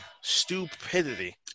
Stupidity